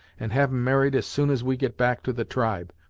and have em married as soon as we get back to the tribe,